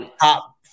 top